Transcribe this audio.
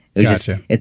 Gotcha